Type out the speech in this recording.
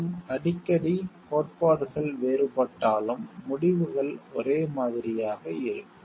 மற்றும் அடிக்கடி கோட்பாடுகள் வேறுபட்டாலும் முடிவுகள் ஒரே மாதிரியாக இருக்கும்